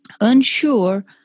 unsure